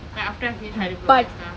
like after I finish my diploma and stuff